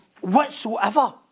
whatsoever